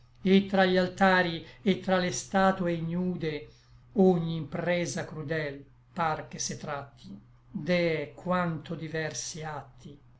et tra gli altari et tra le statue ignude ogni impresa crudel par che se tratti deh quanto diversi atti